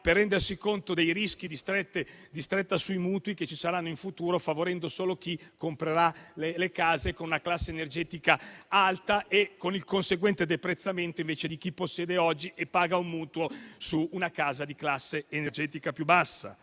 per rendersi conto dei rischi di stretta sui mutui che ci saranno in futuro favorendo solo chi comprerà abitazioni con classe energetica alta e con il conseguente deprezzamento di chi invece possiede oggi e paga un mutuo su una casa di classe energetica più bassa.